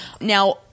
Now